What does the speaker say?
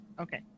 Okay